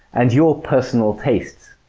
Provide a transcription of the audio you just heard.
and your personal tastes.